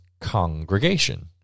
congregation